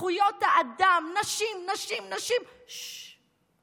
זכויות האדם, נשים, נשים, נשים, ששש.